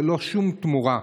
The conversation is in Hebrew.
ללא שום תמורה.